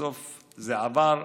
ובסוף זה עבר,